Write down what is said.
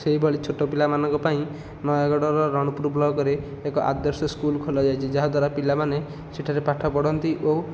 ସେହିଭଳି ଛୋଟପିଲା ମାନଙ୍କ ପାଇଁ ନୟାଗଡ଼ ର ରଣପୁରୁ ବ୍ଲକରେ ଏକ ଆଦର୍ଶ ସ୍କୁଲ ଖୋଲାଯାଇଛି ଯାହାଦ୍ୱାରା ପିଲାମାନେ ସେଠାରେ ପାଠ ପଢ଼ନ୍ତି ଓ